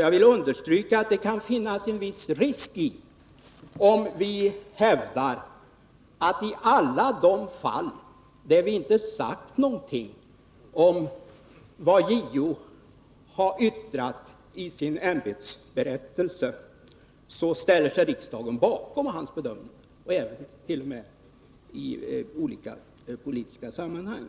Jag vill understryka att det kan finnas en viss risk i om vi hävdar att riksdagen i alla de fall då vi inte har sagt någonting om vad JO har yttrat i sin ämbetsberättelse ställer sig bakom JO:s bedömningar, t.o.m. i olika politiska sammanhang.